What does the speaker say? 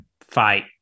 fight